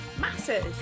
Masses